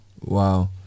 wow